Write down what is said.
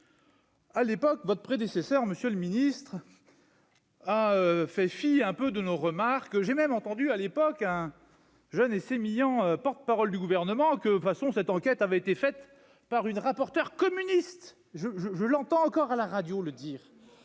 à l'époque, votre prédécesseur, monsieur le Ministre. Ah, fait fi un peu de nos remarques, j'ai même entendu à l'époque un jeune et sémillant porte-parole du gouvernement que de toute façon cette enquête avait été faite par une rapporteur communiste je, je, je l'entends encore à la radio le dire,